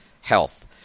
health